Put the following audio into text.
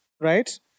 right